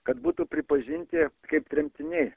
kad būtų pripažinti kaip tremtiniai